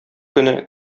көне